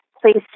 please